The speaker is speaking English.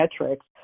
metrics